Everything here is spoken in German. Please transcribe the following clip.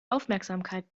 aufmerksamkeit